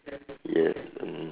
yes mm